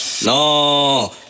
no